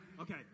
Okay